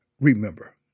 Remember